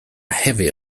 heavy